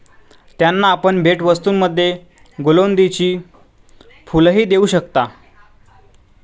त्यांना आपण भेटवस्तूंमध्ये गुलौदीची फुलंही देऊ शकता